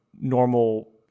normal